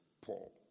Paul